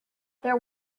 there